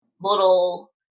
little